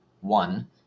One